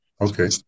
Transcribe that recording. okay